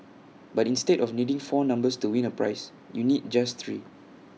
but instead of needing four numbers to win A prize you need just three